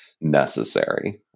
necessary